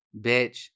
bitch